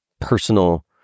personal